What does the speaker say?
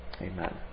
Amen